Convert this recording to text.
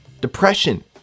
depression